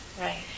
Right